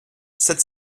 sept